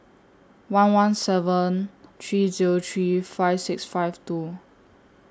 one one seven three Zero three five six five two